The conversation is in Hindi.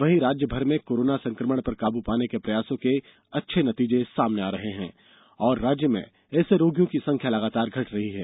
वहीं राज्य भर में कोरोना संक्रमण पर काबू पाने के प्रयासों के अच्छे नतीजे सामने आ रहे हैं और राज्य में ऐसे रोगियों की संख्या लगातार घट रही है